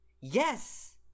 Yes